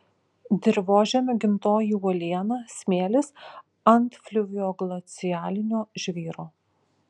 dirvožemio gimtoji uoliena smėlis ant fliuvioglacialinio žvyro